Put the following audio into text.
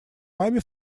вами